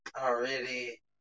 already